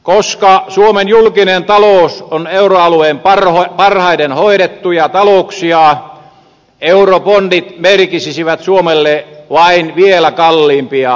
koska suomen julkinen talous on euroalueen parhaiten hoidettuja talouksia eurobondit merkitsisivät suomelle vain vielä kalliimpia rahoituskuluja